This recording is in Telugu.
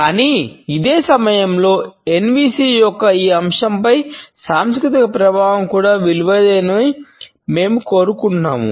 కానీ అదే సమయంలో ఎన్విసి యొక్క ఈ అంశంపై సాంస్కృతిక ప్రభావం కూడా విలువైనదని మేము కనుగొన్నాము